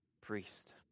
priest